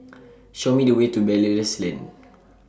Show Me The Way to Belilios Lane